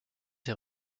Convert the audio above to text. ses